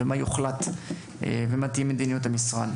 מה יוחלט ומה תהיה מדיניות המשרד.